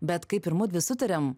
bet kaip ir mudvi sutarėm